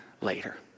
later